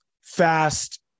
fast